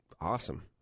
awesome